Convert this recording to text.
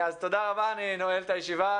תודה רבה, אני נועל את הישיבה.